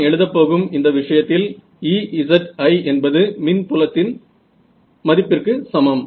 நான் எழுதப் போகும் இந்த விஷயத்தில் Ezi என்பது மின் புலத்தின் மதிப்பிற்கு சமம்